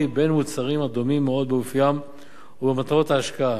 בין מוצרים הדומים מאוד באפיונם ובמטרות ההשקעה.